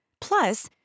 Plus